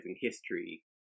history